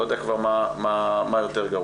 אני כבר לא יודע מה יותר גרוע.